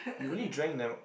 you only drank damn